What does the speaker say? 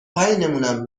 پایینمونم